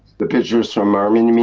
the pictures from armen you mean?